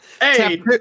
Hey